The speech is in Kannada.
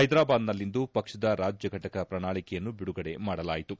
ಹೈದ್ರಾಬಾದ್ನಲ್ಲಿಂದು ಪಕ್ಷದ ರಾಜ್ಯ ಫಟಕ ಪ್ರಣಾಳಿಕೆಯನ್ನು ಬಿಡುಗಡೆ ಮಾಡಲಾಯಿತು